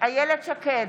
איילת שקד,